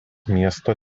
miesto